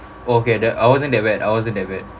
oh okay the I wasn't that bad I wasn't that bad